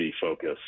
focus